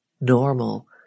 normal